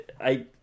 I